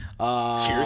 Cheers